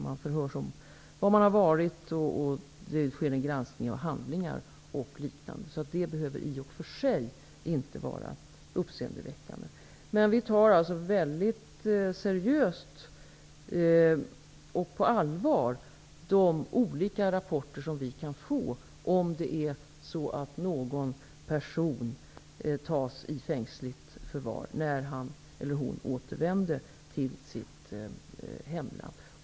De förhörs om var de har varit, och det sker en granskning av handlingar och liknande. Så detta behöver i och för sig inte vara uppseendeväckande. Men vi tar de olika rapporter som vi kan få, om någon person tas i fängsligt förvar när han eller hon återvänder till sitt hemland, mycket seriöst.